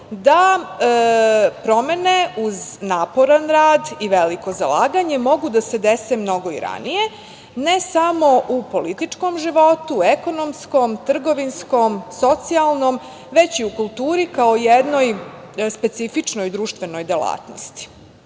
da promene uz naporan rad i veliko zalaganje mogu da se dese mnogo i ranije, ne samo u političkom životu, ekonomskom, trgovinskom, socijalnom, već i u kulturi kao jednoj specifičnoj društvenoj delatnosti. Ono